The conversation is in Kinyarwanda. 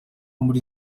muri